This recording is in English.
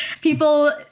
people